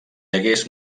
hagués